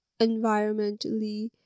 environmentally